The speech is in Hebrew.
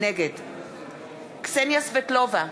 נגד קסניה סבטלובה,